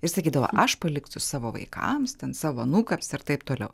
ir sakydavo aš paliksiu savo vaikams ten savo anūkams ir taip toliau